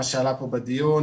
מה שעלה פה בדיון,